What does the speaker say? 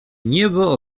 niebo